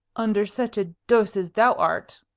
under such a dose as thou art,